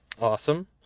Awesome